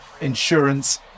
insurance